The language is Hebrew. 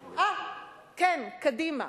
אה, כן, קדימה.